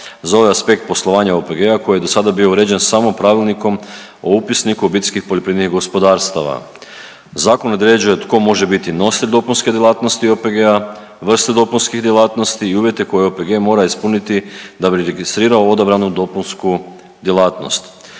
za ovaj aspekt poslovanja OPG-a koji je do sada bio uređen samo Pravilnikom o Upisniku OPG-a. Zakon određuje tko može biti nositelj dopunske djelatnosti OPG-a, vrste dopunskih djelatnosti i uvjete koje OPG mora ispuniti da bi registrirao odabranu dopunsku djelatnost.